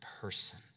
person